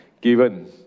given